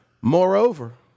Moreover